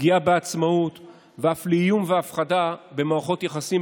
פגיעה בעצמאות ואף איום והפחדה במערכות יחסים,